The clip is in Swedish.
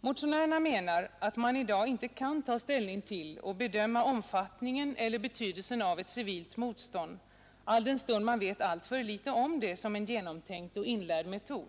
Motionärerna menar att man i dag inte kan ta ställning till och bedöma omfattningen eller betydelsen av ett civilt motstånd, alldenstund man vet alltför litet om det som en genomtänkt och inlärd metod.